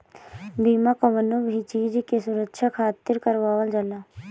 बीमा कवनो भी चीज के सुरक्षा खातिर करवावल जाला